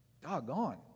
doggone